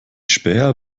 späher